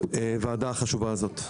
הוועדה החשובה הזאת.